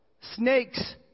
snakes